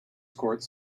courts